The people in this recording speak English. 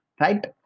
right